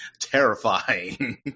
terrifying